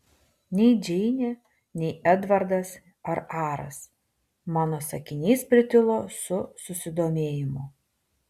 nei džeinė nei edvardas ar aras mano sakinys pritilo su susidomėjimu